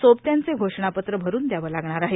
सोबत्यांचे घोषणापत्र भरुन दयावं लागणार आहे